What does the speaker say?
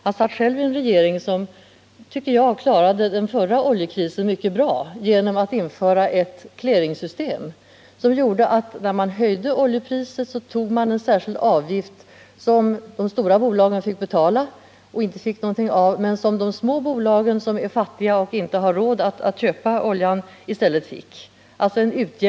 Han satt själv i en regering som, tycker jag, klarade den förra oljekrisen mycket bra genom att införa ett clearingsystem: När man höjde oljepriset tog man ut en särskild avgift av de stora bolagen som gick till de små bolagen, som är fattiga och inte hade råd att köpa oljan till det högre priset.